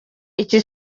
iki